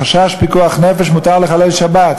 חשש פיקוח נפש ומותר לחלל שבת,